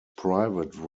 private